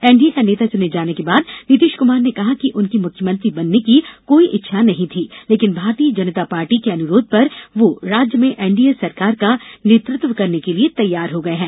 NDA का नेता चुने जाने के बाद नीतीश कुमार ने कहा कि उनकी मुख्यमंत्री बनने की कोई इच्छा नहीं थी लेकिन भारतीय जनता पार्टी के अनुरोध पर वह राज्य में एनडीए सरकार का नेतृत्व करने के लिए तैयार हो गये हैं